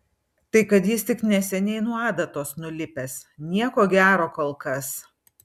tai kad jis tik neseniai nuo adatos nulipęs nieko gero kol kas